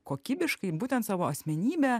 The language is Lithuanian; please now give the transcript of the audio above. kokybiškai būtent savo asmenybę